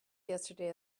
yesterday